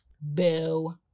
boo